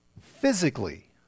physically